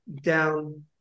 down